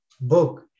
book